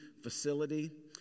facility